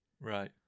right